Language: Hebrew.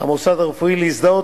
המוסד הרפואי להזדהות,